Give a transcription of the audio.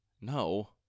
No